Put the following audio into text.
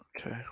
Okay